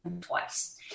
twice